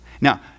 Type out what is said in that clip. Now